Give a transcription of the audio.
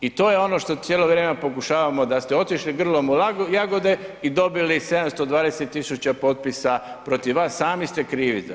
I to je ono što cijelo vrijeme pokušavamo da ste otišli grlom u jagode i dobili 720 tisuća potpisa protiv vas, sami ste krivi za to.